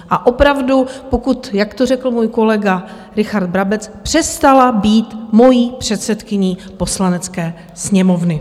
A opravdu, jak to řekl můj kolega Richard Brabec, přestala být mojí předsedkyní Poslanecké sněmovny.